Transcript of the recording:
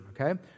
okay